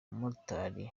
umumotari